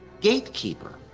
gatekeeper